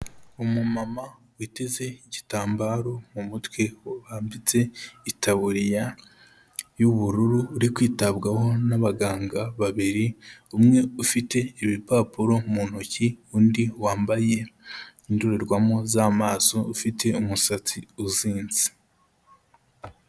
Umumama witeze igitambaro mu mutwe bambitse itabuririya y'ubururu uri kwitabwaho n'abaganga babiri, umwe ufite ibipapuro mu ntoki, undi wambaye indorerwamo z'amaso ufite umusatsi uzinze.